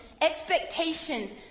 expectations